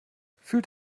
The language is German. fühlt